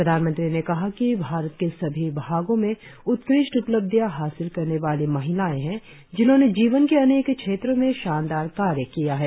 प्रधानमंत्री ने कहा कि भारत के सभी भागों में उत्कृष्ट उपलब्धियां हासिल करने वाली महिलायें हैं जिन्होंने जीवन के अनेक क्षेत्रों में शानदार कार्य किया है